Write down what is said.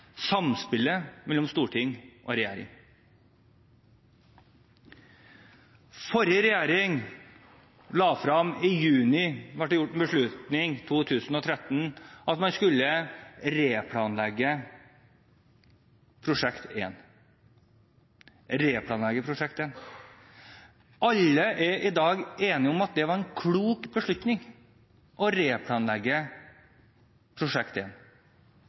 samspillet mellom storting og regjering. I juni 2013 ble det tatt en beslutning av forrige regjering om at man skulle replanlegge Prosjekt 1. Alle er i dag enige om at det var en klok beslutning å replanlegge Prosjekt